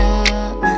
up